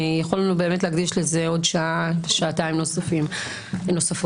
יכולנו להקדיש לזה עוד שעה-שעתיים נוספות,